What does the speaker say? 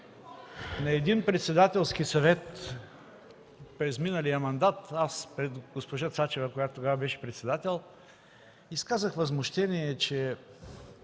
На един председателски съвет през миналия мандат, когато госпожа Цачева, която тогава беше председател, аз изказах възмущение, че